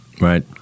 Right